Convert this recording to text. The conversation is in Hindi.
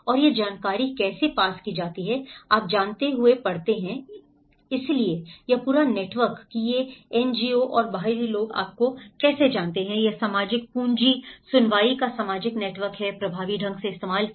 और यह जानकारी कैसे पास की जाती है आप जानते हुए पढ़ते हैं इसलिए यह पूरा नेटवर्क कि ये एनजीओ और बाहरी लोग आपको कैसे जानते हैं यह सामाजिक पूंजी सुनवाई का सामाजिक नेटवर्क है प्रभावी ढंग से इस्तेमाल किया